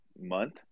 month